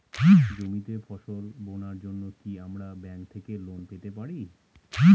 জমিতে ফসল বোনার জন্য কি আমরা ব্যঙ্ক থেকে লোন পেতে পারি?